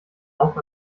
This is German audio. auch